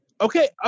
Okay